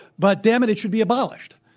but dammit it should be abolished,